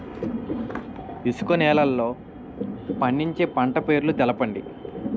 ఇసుక నేలల్లో పండించే పంట పేర్లు తెలపండి?